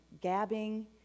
Gabbing